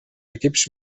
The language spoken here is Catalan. equips